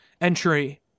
entry